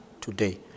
today